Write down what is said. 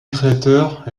créateur